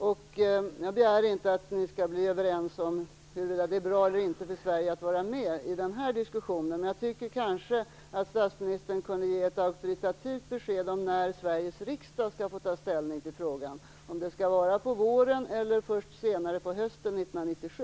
Jag begär inte att de i denna diskussion skall komma överens om huruvida det är bra eller inte att Sverige är med, men jag tycker att statsministern kunde ge ett auktoritativt besked om när Sveriges riksdag skall få ta ställning till frågan, om det blir på våren eller först senare, på hösten 1997.